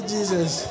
Jesus